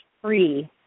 free